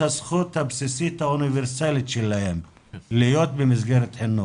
הזכות הבסיסית האוניברסאלית שלהם להיות במסגרת חינוך.